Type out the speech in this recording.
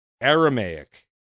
Aramaic